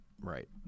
right